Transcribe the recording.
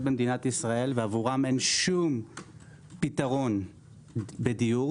במדינת ישראל ועבורן אין שום פתרון בדיור,